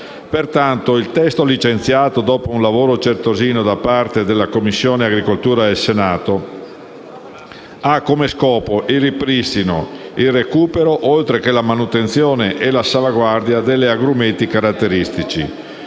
Pertanto, il testo licenziato dopo un lavoro certosino da parte della Commissione agricoltura del Senato ha come scopo il ripristino, il recupero, oltre che la manutenzione e la salvaguardia degli agrumeti caratteristici,